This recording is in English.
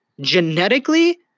genetically